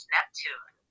Neptune